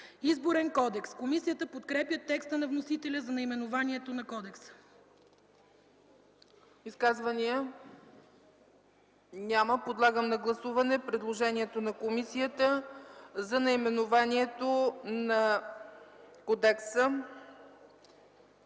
„Изборен кодекс”. Комисията подкрепя текста на вносителя за наименованието на кодекса. ПРЕДСЕДАТЕЛ ЦЕЦКА ЦАЧЕВА: Изказвания? Няма. Подлагам на гласуване предложението на комисията за наименованието на кодекса.